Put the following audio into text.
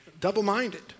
Double-minded